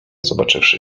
zobaczywszy